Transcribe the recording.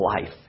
life